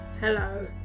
Hello